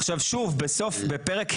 אז בהקשר